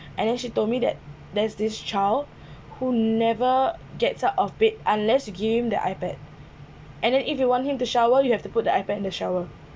and then she told me that there is this child who never gets out of bed unless you give him the ipad and then if you want him to shower you have to put the ipad in the shower